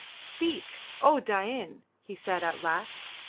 speak! o dain! he said at last.